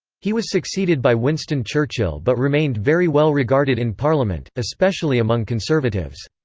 he was succeeded by winston churchill but remained very well-regarded in parliament, especially among conservatives.